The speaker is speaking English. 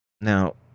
Now